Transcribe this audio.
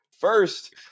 First